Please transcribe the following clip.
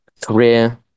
career